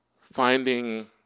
finding